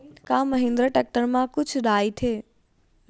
का महिंद्रा टेक्टर मा छुट राइथे?